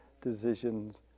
decisions